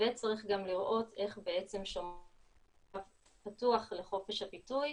וצריך גם לראות איך בעצם -- -פתוח לחופש הביטוי,